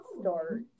start